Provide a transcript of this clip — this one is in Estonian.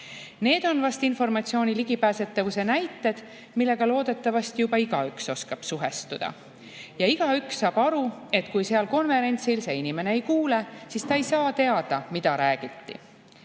Need on vast informatsiooni ligipääsetavuse näited, millega loodetavasti juba igaüks oskab suhestuda. Ja igaüks saab aru, et kui konverentsil inimene ei kuule, siis ta ei saa teada, mida räägiti.